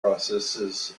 processes